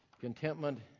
Contentment